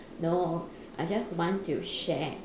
no I just want to share